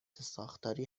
ساختاری